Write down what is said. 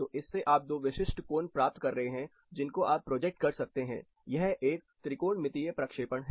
तो इससे आप दो विशिष्ट कोण प्राप्त कर रहे हैं जिनको आप प्रोजेक्ट कर सकते हैं यह एक त्रिकोणमितीय प्रक्षेपण है